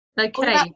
Okay